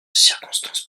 circonstances